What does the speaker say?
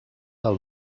del